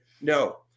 No